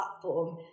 platform